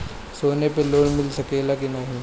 सोना पे लोन मिल सकेला की नाहीं?